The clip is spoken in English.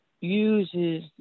uses